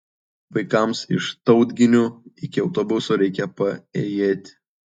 vaikams iš tautginių iki autobuso reikia paėjėti